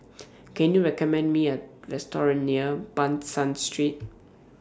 Can YOU recommend Me A Restaurant near Ban San Street